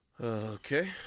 Okay